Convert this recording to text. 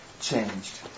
changed